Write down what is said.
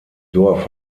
dorf